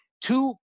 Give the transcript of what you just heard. two